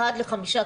אחד לחמישה,